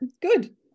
Good